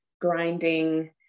grinding